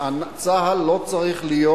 שצה"ל לא צריך להיות